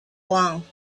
along